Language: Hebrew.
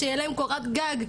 שיהיה להם קורת גג,